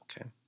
Okay